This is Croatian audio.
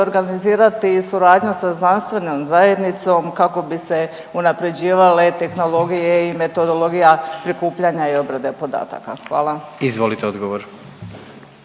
organizirati i suradnju sa znanstvenom zajednicom kao bi se unaprjeđivale tehnologije i metodologija prikupljanja i obrade podataka. Hvala. **Jandroković,